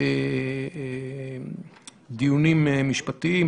בדיונים משפטיים,